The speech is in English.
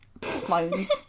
clones